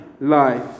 life